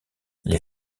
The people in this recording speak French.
les